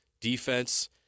defense